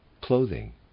clothing